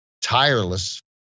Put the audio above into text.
tireless